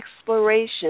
exploration